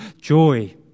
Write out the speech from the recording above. joy